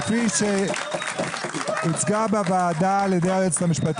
פה אחד התקבלה הצעת חוק הנכים כפי שהוצגה בוועדה על ידי היועצת המשפטית.